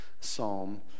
psalm